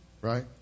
right